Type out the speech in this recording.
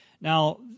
Now